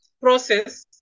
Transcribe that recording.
process